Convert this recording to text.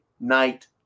night